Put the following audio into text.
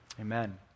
amen